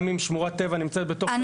גם אם שמורת טבע נמצאת בתוך רשות מקומית, כן.